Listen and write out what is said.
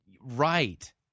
Right